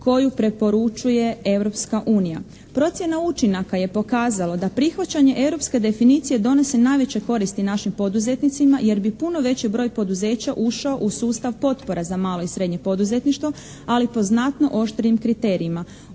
koju preporučuje Europska unija. Procjena učinaka je pokazala da prihvaćanje europske definicije donose najveće koristi našim poduzetnicima jer bi puno veći broj poduzeća ušao u sustav potpora za malo i srednje poduzetništvo, ali po znatno oštrijim kriterijima.